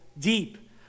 deep